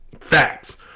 Facts